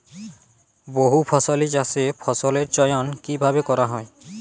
বহুফসলী চাষে ফসলের চয়ন কীভাবে করা হয়?